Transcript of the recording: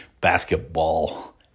basketball